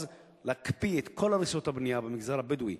להקפיא את כל הריסות הבנייה במגזר הבדואי